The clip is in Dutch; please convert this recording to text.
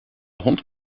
hond